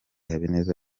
habineza